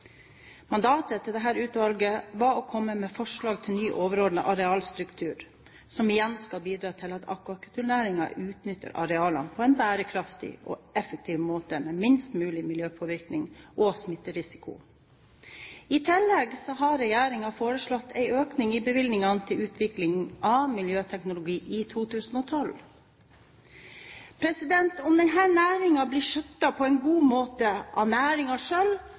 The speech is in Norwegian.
Mandatet til dette utvalget var å komme med forslag til ny overordnet arealstruktur, som skal bidra til at akvakulturnæringen utnytter arealene på en bærekraftig og effektiv måte med minst mulig miljøpåvirkning og smitterisiko. I tillegg har regjeringen foreslått en økning i bevilgningene til utvikling av miljøteknologi i 2012. Om denne næringen blir skjøttet på en god måte av